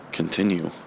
continue